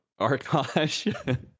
Arkash